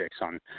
on